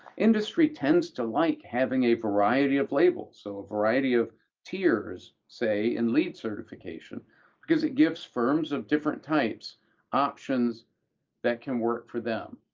industry tends to like having a variety of labels, so a variety of tiers, say, in lead certification because it gives firms of different types options that can work for them,